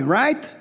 right